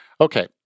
Okay